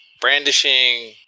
brandishing